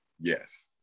Yes